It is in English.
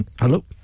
Hello